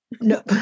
No